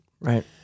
right